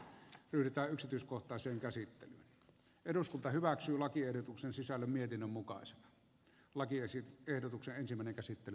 yritä yksityiskohtaisen käsittelyn eduskunta hyväksyy lakiehdotuksen sisällä mietinnön mukaiset lakiesit ehdotukseen selvä sisällöstä